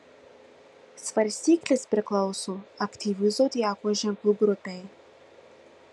svarstyklės priklauso aktyvių zodiako ženklų grupei